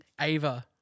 Ava